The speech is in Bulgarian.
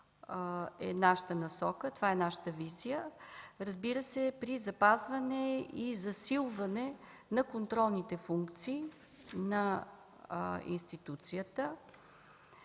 е нашата насока, това е нашата визия. Разбира се, при запазване и засилване на контролните функции на институцията,